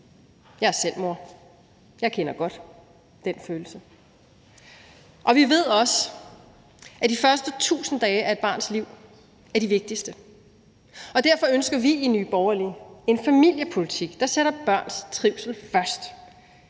Jeg er selv mor, jeg kender godt den følelse. Og vi ved også, at de første 1.000 dage af et barns liv er de vigtigste, og derfor ønsker vi i Nye Borgerlige en familiepolitik, der sætter børns trivsel først.